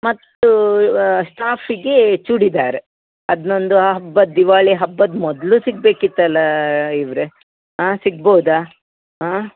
ಮತ್ತೂ ಸ್ಟಾಫಿಗೆ ಚೂಡಿದಾರ್ ಅದನ್ನೊಂದು ಹಬ್ಬದ ದಿವಾಳಿ ಹಬ್ಬದ ಮೊದಲು ಸಿಗಬೇಕಿತ್ತಲ್ಲಾ ಇವರೇ ಹಾಂ ಸಿಗ್ಬೋದಾ ಹಾಂ